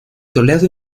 toledo